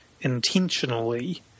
intentionally